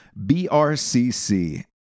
BRCC